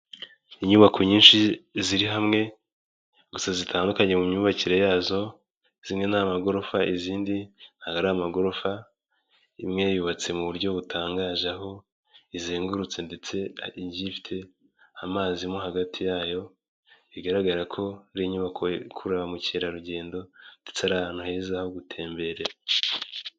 Inyubako nyinshi ziri hamwe gusa zitandukanye mu myubakire yazo, zimwe ni amagorofa izindi ntabwo ari amagorofa, imwe yubatse mu buryo butangaje aho izengurutse ndetse igiye ifite amazi mo hagati yayo, bigaragara ko ari inyubako ikurura ba mukerarugendo ndetse ari ahantu heza ho gutemberera.